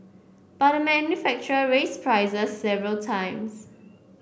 but the manufacturer raised prices several times